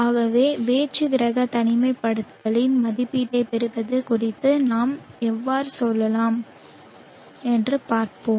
ஆகவே வேற்று கிரக தனிமைப்படுத்தலின் மதிப்பீட்டைப் பெறுவது குறித்து நாம் எவ்வாறு செல்லலாம் என்று பார்ப்போம்